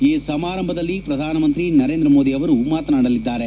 ಈ ಸಮಾರಂಭದಲ್ಲಿ ಪ್ರಧಾನಮಂತ್ರಿ ನರೇಂದ್ರ ಮೋದಿ ಮಾತನಾಡಲಿದ್ದಾರೆ